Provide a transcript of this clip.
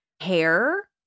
hair